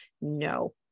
no